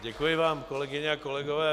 Děkuji vám, kolegyně a kolegové.